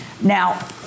now